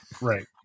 Right